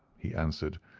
he answered,